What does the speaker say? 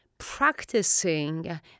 practicing